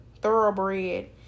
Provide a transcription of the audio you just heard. thoroughbred